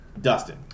Dustin